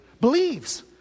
believes